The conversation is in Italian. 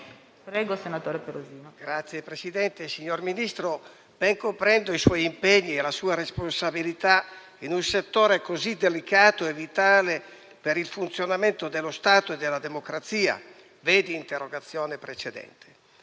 *(FIBP-UDC)*. Signor Ministro, ben comprendo i suoi impegni e la sua responsabilità in un settore così delicato e vitale per il funzionamento dello Stato e della democrazia (vedi interrogazione precedente).